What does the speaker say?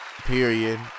period